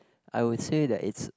I would say that it's